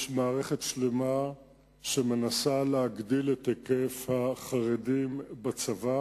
יש מערכת שלמה שמנסה להגדיל את היקף שירות החרדים בצבא